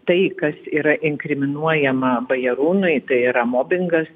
tai kas yra inkriminuojama bajarūnui tai yra mobingas